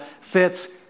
fits